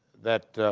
that